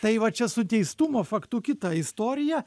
tai va čia su teistumo faktu kita istorija